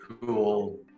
cool